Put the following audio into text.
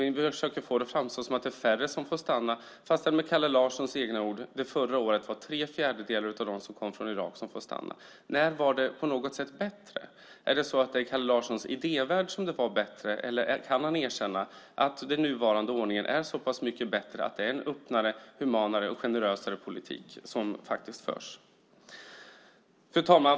Ni försöker få det att framstå som om det är färre som får stanna trots att det med Kalle Larssons egna ord är tre fjärdedelar av dem som kom från Irak som får stanna. När var det på något sätt bättre? Är det i Kalle Larssons idévärld som det var det bättre, eller kan han erkänna att den nuvarande ordningen är så pass mycket bättre att det är en öppnare, humanare och generösare politik som faktiskt förs? Fru talman!